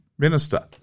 minister